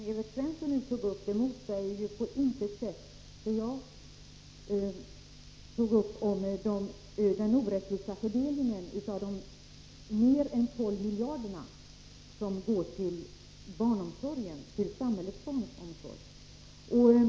Herr talman! Det som Evert Svensson nu sade motsäger på intet sätt det som jag framförde om den orättvisa fördelningen av de mer än 12 miljarder som går till samhällets barnomsorg.